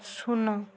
ଶୂନ